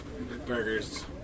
Burgers